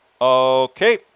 Okay